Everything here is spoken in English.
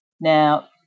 Now